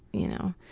you know.